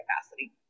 capacity